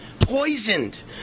Poisoned